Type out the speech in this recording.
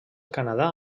canadà